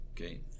Okay